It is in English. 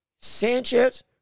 Sanchez